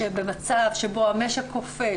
שבמצב שבו המשק קופא,